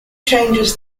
changes